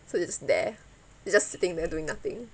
so is there they're just sitting there doing nothing